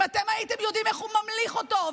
אם אתם הייתם יודעים איך הוא ממליך אותו,